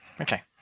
Okay